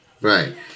Right